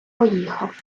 поїхав